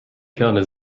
kerne